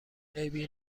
عیبی